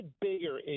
bigger